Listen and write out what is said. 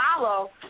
follow